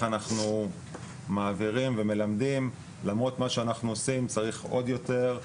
אנחנו מעבירים ומלמדים למרות מה שאנחנו עושים צריך עוד יותר,